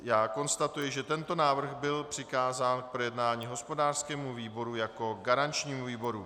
Já konstatuji, že tento návrh byl přikázán k projednání hospodářskému výboru jako garančnímu výboru.